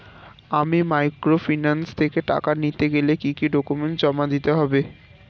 আমি মাইক্রোফিন্যান্স থেকে টাকা নিতে গেলে কি কি ডকুমেন্টস জমা দিতে হবে?